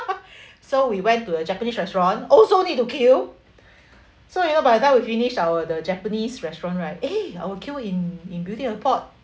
so we went to a japanese restaurant also need to queue so you know by the time we finish our the japanese restaurant right eh our queue in in beauty in a pot